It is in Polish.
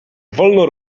wolno